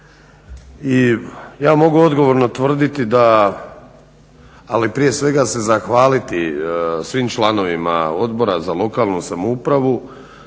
ja mogu odgovorno tvrditi da, ali prije svega se zahvaliti svim članovima Odbora za lokalnu samoupravu